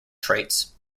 traits